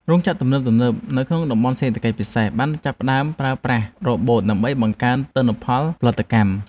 រោងចក្រទំនើបៗនៅក្នុងតំបន់សេដ្ឋកិច្ចពិសេសបានចាប់ផ្តើមប្រើប្រាស់រ៉ូបូតដើម្បីបង្កើនទិន្នផលផលិតកម្ម។